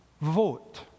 vote